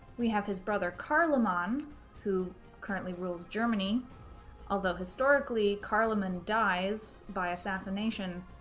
we have his brother karloman who currently rules germany although historically karloman dies by assassination,